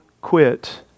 quit